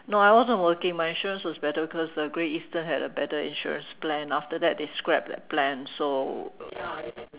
no I wasn't working my insurance was better because the Great Eastern had a better insurance plan after that they scrapped that plan so